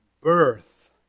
birth